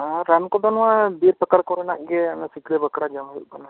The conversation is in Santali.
ᱨᱟᱱ ᱠᱚᱫᱚ ᱱᱚᱣᱟ ᱵᱤᱨ ᱯᱟᱠᱟᱲ ᱠᱚᱨᱮᱱᱟᱜ ᱜᱮ ᱥᱤᱠᱲᱟᱹ ᱵᱟᱠᱲᱟ ᱡᱚᱢ ᱦᱩᱭᱩᱜ ᱠᱟᱱᱟ